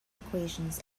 equations